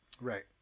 right